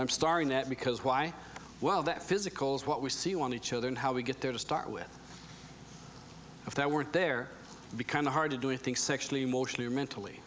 i'm starting that because why well that physicals what we see on each other and how we get there to start with if that weren't there becomes a hard to do a thing sexually emotionally or mentally